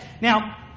Now